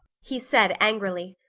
he said angrily.